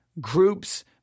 groups